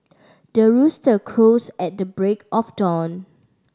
the rooster crows at the break of dawn